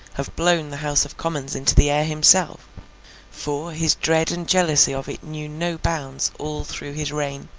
have blown the house of commons into the air himself for, his dread and jealousy of it knew no bounds all through his reign.